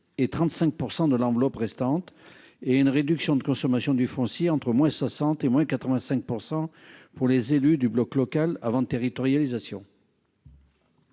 et 35% de l'enveloppe restantes et une réduction de consommation du foncier entre moins 60 et moins 85% pour les élus du Bloc local avant de territorialisation.